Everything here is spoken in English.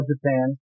Japan